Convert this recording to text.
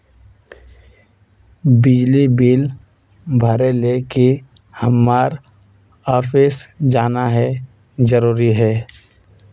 बिजली बिल भरे ले की हम्मर ऑफिस जाना है जरूरी है?